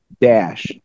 dash